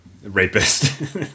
rapist